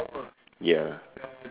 ya